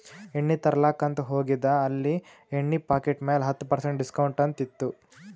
ಎಣ್ಣಿ ತರ್ಲಾಕ್ ಅಂತ್ ಹೋಗಿದ ಅಲ್ಲಿ ಎಣ್ಣಿ ಪಾಕಿಟ್ ಮ್ಯಾಲ ಹತ್ತ್ ಪರ್ಸೆಂಟ್ ಡಿಸ್ಕೌಂಟ್ ಅಂತ್ ಇತ್ತು